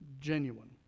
genuine